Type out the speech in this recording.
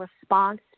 response